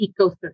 ecosystem